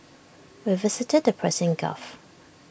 we visited the Persian gulf